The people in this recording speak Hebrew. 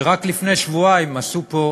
שרק לפני שבועיים עשו פה,